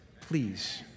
Please